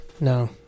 No